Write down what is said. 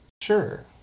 Sure